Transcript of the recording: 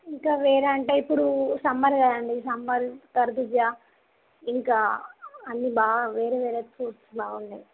ఇంకా వేరే అంటే ఇప్పుడు సమ్మర్ కదండి సమ్మర్ కర్బూజ ఇంకా అన్నీ బాగా వేరే వేరే ఫ్రూట్స్ బాగున్నాయి